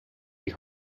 have